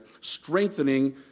strengthening